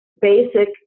basic